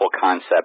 concept